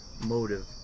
motive